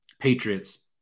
Patriots